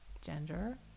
gender